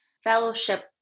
fellowship